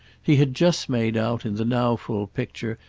he had just made out, in the now full picture,